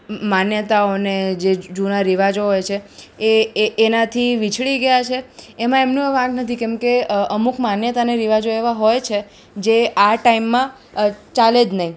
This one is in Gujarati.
માન્યતાઓને જે જૂના રિવાજો હોય છે એ એનાથી વિસરી ગયા છે એમાં એમનોય વાંક નથી કેમકે અમુક માન્યતા ને રિવાજો એવા હોય છે જે આ ટાઈમમાં ચાલે જ નહીં